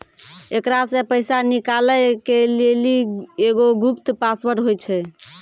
एकरा से पैसा निकालै के लेली एगो गुप्त पासवर्ड होय छै